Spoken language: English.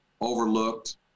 overlooked